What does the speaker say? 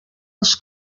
els